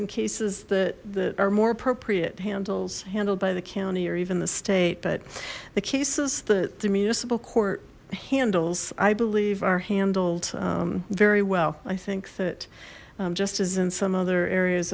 and cases that that are more appropriate handles handled by the county or even the state but the cases the the municipal court handles i believe are handled very well i think that just as in some other areas